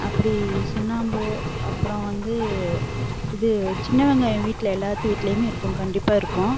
அப்படி சுண்ணாம்பு அப்புறம் வந்து இது சின்ன வெங்காயம் வீட்டில் எல்லாத்து வீட்லேயுமே இருக்கும் கண்டிப்பாக இருக்கும்